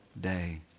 day